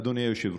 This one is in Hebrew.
אדוני היושב-ראש,